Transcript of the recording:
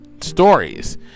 stories